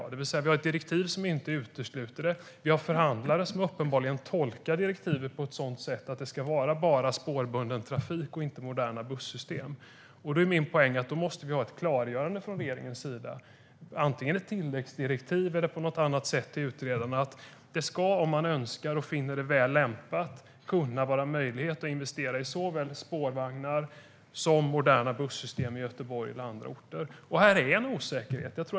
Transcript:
Det finns ett direktiv som inte utesluter annan trafik. Förhandlarna tolkar uppenbarligen direktiven på ett sådant sätt att det bara ska vara spårbunden trafik och inte moderna bussystem. Då är min poäng att man måste få ett klargörande från regeringens sida, antingen ett tilläggsdirektiv eller något annat till utredarna om att det, om man önskar och finner det lämpligt, ska vara möjligt att investera i såväl spårvagnar som moderna bussystem i Göteborg och andra orter. Här finns det en osäkerhet.